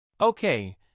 Okay